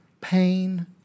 pain